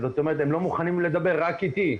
זאת אומרת שהם לא מוכנים לדבר, רק איתי.